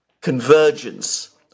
convergence